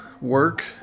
work